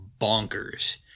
bonkers